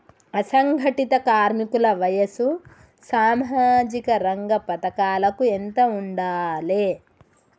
అసంఘటిత కార్మికుల వయసు సామాజిక రంగ పథకాలకు ఎంత ఉండాలే?